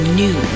new